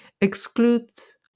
excludes